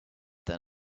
than